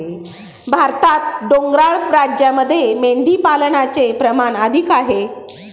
भारतात डोंगराळ राज्यांमध्ये मेंढीपालनाचे प्रमाण अधिक आहे